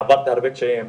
עברתי הרבה קשיים.